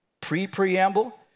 pre-preamble